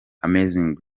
amazing